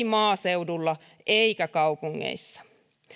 maaseudulla eikä kaupungeissa